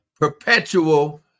perpetual